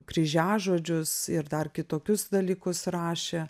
kryžiažodžius ir dar kitokius dalykus rašė